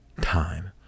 time